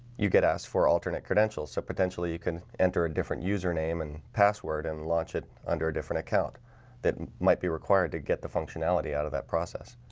you get asked for alternate credentials so potentially you can enter a different username and password and launch it under a different account that might be required to get the functionality out of that process